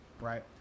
right